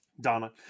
Donna